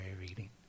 reading